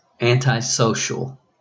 antisocial